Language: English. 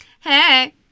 Hey